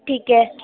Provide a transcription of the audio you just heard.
ٹھیک ہے